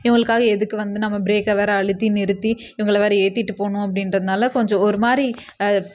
இவங்களுக்காக எதுக்கு வந்து நம்ம ப்ரேக்கை வேறு அழுத்தி நிறுத்தி இவங்கள வேறு ஏற்றிட்டு போகணும் அப்படின்றதுனால கொஞ்சம் ஒரு மாதிரி